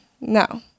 no